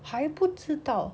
还不知道